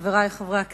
חברי חברי הכנסת,